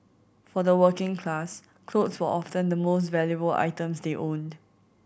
for the working class clothes were often the most valuable items they owned